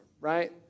right